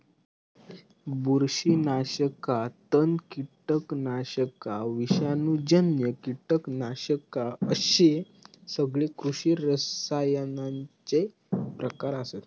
बुरशीनाशका, तण, कीटकनाशका, विषाणूजन्य कीटकनाशका अश्ये सगळे कृषी रसायनांचे प्रकार आसत